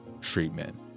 treatment